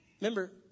Remember